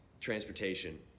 transportation